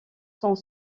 sont